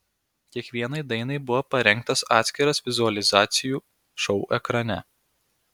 kiekvienai dainai buvo parengtas atskiras vizualizacijų šou ekrane